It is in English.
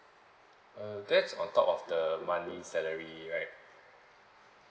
uh that's on top of the the monthly salary right